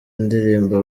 indirimbo